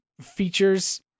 features